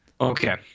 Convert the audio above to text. Okay